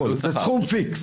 זה סכום פיקס.